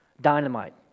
dynamite